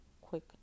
quick